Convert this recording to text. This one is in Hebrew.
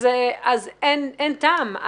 אז אין טעם.